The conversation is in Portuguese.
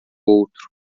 outro